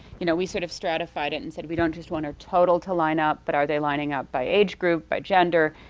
you know, we sort of stratified it and said we don't just want our total to lineup but are they lining up by age group, by gender?